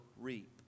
reap